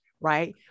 right